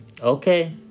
Okay